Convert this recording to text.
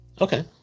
Okay